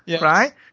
right